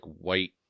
white